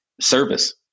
service